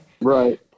Right